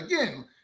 again